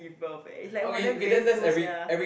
give birth eh it's like what damn painful sia